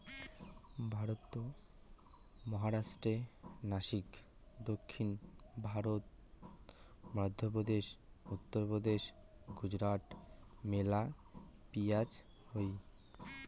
ভারতত মহারাষ্ট্রর নাসিক, দক্ষিণ ভারত, মইধ্যপ্রদেশ, উত্তরপ্রদেশ, গুজরাটত মেলা পিঁয়াজ হই